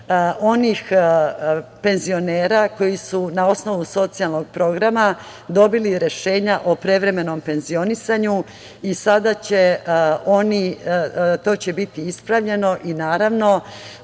onih penzionera koji su na osnovu socijalnog programa dobili rešenja o prevremenom penzionisanju i sada će to biti ispravljeno i naravno